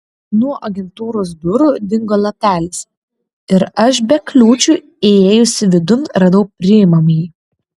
nuo agentūros durų dingo lapelis ir aš be kliūčių įėjusi vidun radau priimamąjį